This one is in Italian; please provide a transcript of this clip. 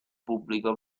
pubblicò